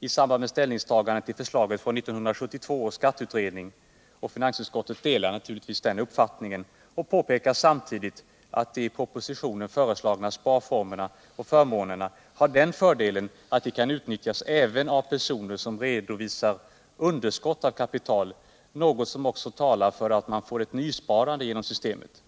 i samband med ställningstagandet till förslagen från 1972 års skatteutredning, och finansutskottet delar den uppfattningen. Samtidigt påpekar utskottet att de i propositionen föreslagna sparformerna och förmånerna har den fördelen att de kan utnyttjas även av personer som redovisar underskott av kapital, något som också talar för att man får ett nysparande genom systemet.